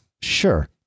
sure